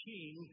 King